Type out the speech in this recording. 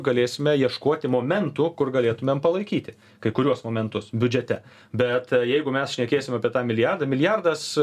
galėsime ieškoti momentų kur galėtumėm palaikyti kai kuriuos momentus biudžete bet jeigu mes šnekėsim apie tą milijardą milijardas